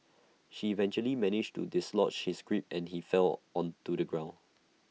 she eventually managed to dislodge his grip and he fell to the ground